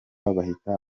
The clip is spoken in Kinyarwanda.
bahita